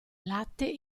latte